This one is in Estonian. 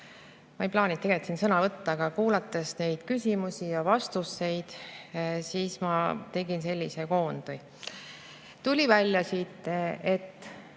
Ma ei plaaninud tegelikult siin sõna võtta, aga kuulates neid küsimusi ja vastuseid, ma tegin sellise koondi. Tuli välja siit, et